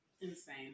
insane